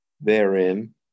therein